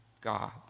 god